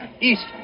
East